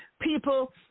people